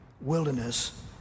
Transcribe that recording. wilderness